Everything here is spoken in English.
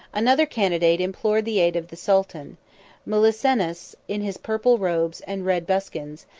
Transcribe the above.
another candidate implored the aid of the sultan melissenus, in his purple robes and red buskins,